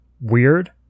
weird